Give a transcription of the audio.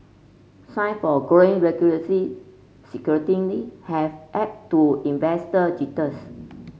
sign of growing regular scrutiny have added to investor jitters